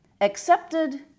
Accepted